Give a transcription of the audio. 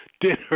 dinner